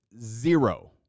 zero